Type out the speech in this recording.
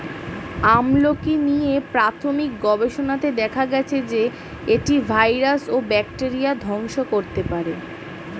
আমলকী নিয়ে প্রাথমিক গবেষণাতে দেখা গেছে যে, এটি ভাইরাস ও ব্যাকটেরিয়া ধ্বংস করতে পারে